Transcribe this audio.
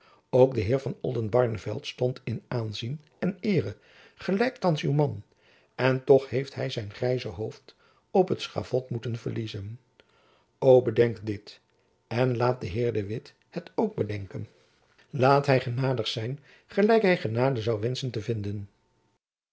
ook de heer van oldenbarneveldt stond in aanzien en eere gelijk thands uw man en toch heeft hy zijn grijze hoofd op t schavot moeten verliezen o bedenk dit en laat de heer de witt het ook bedenken laat hy genadig zijn gelijk hy genade zoû wenschen te vinden